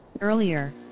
Earlier